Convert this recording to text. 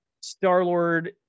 Star-Lord